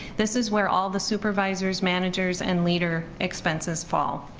this is where all the supervisors, managers and leader expenses fall.